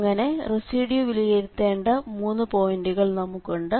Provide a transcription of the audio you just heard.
അങ്ങനെ റെസിഡ്യൂ വിലയിരുത്തേണ്ട മൂന്ന് പോയിന്റുകൾ നമുക്കുണ്ട്